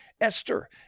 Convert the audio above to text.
Esther